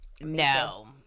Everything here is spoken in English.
no